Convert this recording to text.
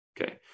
Okay